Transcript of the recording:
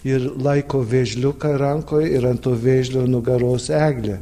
ir laiko vėžliuką rankoj ir ant vėžlio nugaros eglė